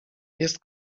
jest